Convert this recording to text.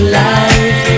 life